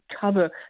cover